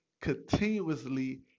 continuously